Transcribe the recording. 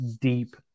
deep